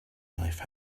life